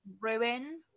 Ruin